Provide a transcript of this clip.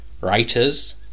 writers